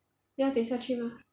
要等一下去吗